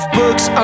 books